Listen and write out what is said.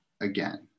again